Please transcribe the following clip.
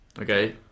Okay